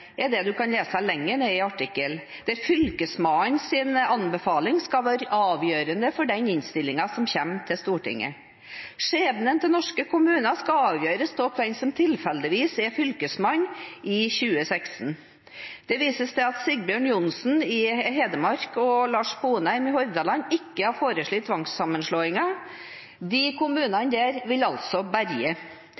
er det en kan lese lenger ned i artikkelen, at fylkesmannens anbefaling skal være avgjørende for den innstillingen som kommer til Stortinget. Skjebnen til norske kommuner skal avgjøres av hvem som tilfeldigvis er fylkesmann i 2016. Det vises til at Sigbjørn Johnsen i Hedmark og Lars Sponheim i Hordaland ikke har foreslått tvangssammenslåinger. De kommunene